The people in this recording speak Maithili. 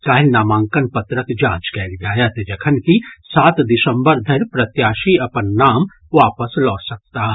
काल्हि नामांकन पत्रक जांच कयल जायत जखनकि सात दिसम्बर धरि प्रत्याशी अपन नाम वापस लऽ सकताह